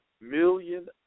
million